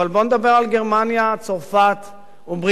אבל בוא נדבר על גרמניה, צרפת ובריטניה.